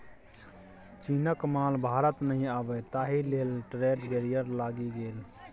चीनक माल भारत नहि आबय ताहि लेल ट्रेड बैरियर लागि गेल